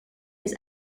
his